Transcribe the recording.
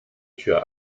tür